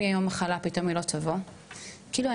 תהיה לה מחלה אז פתאום היא לא תבוא?׳ כאילו,